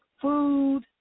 food